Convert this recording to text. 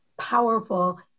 powerful